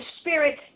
Spirit